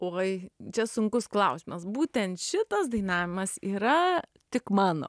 oi čia sunkus klausimas būtent šitas dainavimas yra tik mano